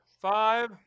Five